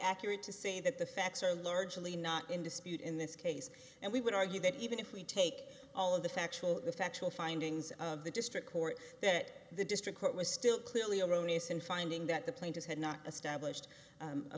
accurate to say that the facts are largely not in dispute in this case and we would argue that even if we take all of the factual factual findings of the district court that the district court was still clearly erroneous in finding that the plaintiff had not established